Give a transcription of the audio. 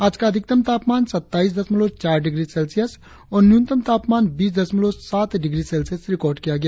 आज का अधिकतम तापमान सत्ताइस दशमलव चार डिग्री सेल्सियस और न्यूनतम तापमान बीस दशमलव सात डिग्री सेल्सियस रिकार्ड किया गया